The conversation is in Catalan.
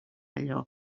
allò